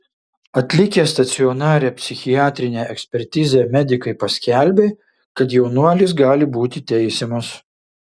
atlikę stacionarią psichiatrinę ekspertizę medikai paskelbė kad jaunuolis gali būti teisiamas